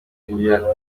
gukurura